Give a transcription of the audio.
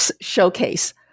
showcase